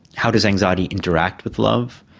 how does anxiety interact with love?